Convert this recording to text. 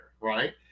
right